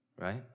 right